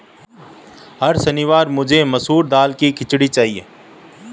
हर शनिवार मुझे मसूर दाल की खिचड़ी चाहिए